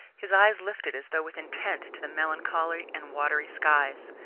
his eyes lifted as though with intent to the melancholy and watery skies.